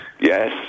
Yes